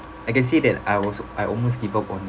I can say that I was I almost give up on